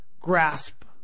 grasp